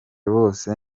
bose